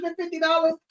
$150